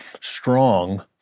strong